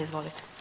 Izvolite.